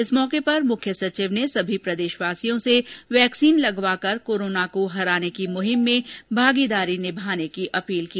इस अवसर पर मुख्य संचिव ने सभी प्रदेशवासियों से वैक्सीन लगवाकर कोरोना को हराने की मुहिम में भागीदारी निभाने की अपील की